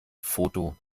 foto